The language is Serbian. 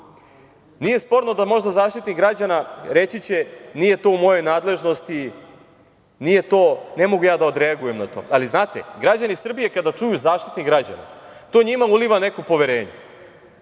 sporno da će možda Zaštitnik građana reći – nije to u mojoj nadležnosti, ne mogu ja da odreagujem na to. Ali, znate, građani Srbije kada čuju Zaštitnik građana, to njima uliva neko poverenje.